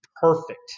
perfect